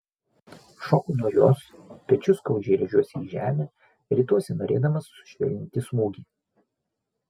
šoku nuo jos pečiu skaudžiai rėžiuosi į žemę rituosi norėdamas sušvelninti smūgį